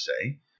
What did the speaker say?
say